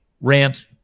rant